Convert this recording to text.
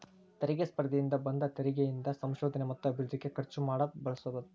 ತೆರಿಗೆ ಸ್ಪರ್ಧೆಯಿಂದ ಬಂದ ತೆರಿಗಿ ಇಂದ ಸಂಶೋಧನೆ ಮತ್ತ ಅಭಿವೃದ್ಧಿಗೆ ಖರ್ಚು ಮಾಡಕ ಬಳಸಬೋದ್